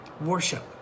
worship